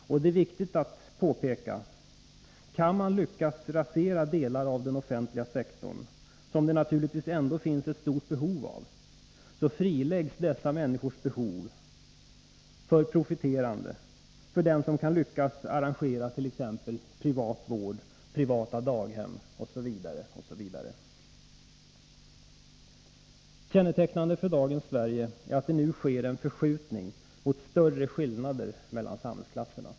Och — det är viktigt att påpeka — kan man lyckas rasera delar av den offentliga sektorn, som det naturligtvis ändå finns ett stort behov av, friläggs dessa behov hos människorna för profiterande från den som kan lyckas arrangera privat vård, privata daghem osv. Kännetecknande för dagens Sverige är att det nu sker en förskjutning mot större skillnader mellan samhällsklasserna.